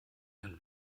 einen